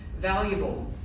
valuable